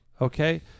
Okay